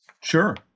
Sure